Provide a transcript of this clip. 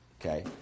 okay